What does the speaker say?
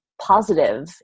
positive